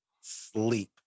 sleep